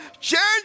Change